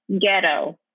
ghetto